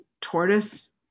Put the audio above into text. tortoise